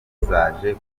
zaje